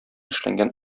эшләнгән